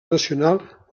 nacional